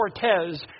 Cortez